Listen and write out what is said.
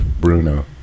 Bruno